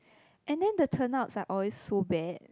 and then the turnouts are always so bad